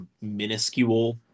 minuscule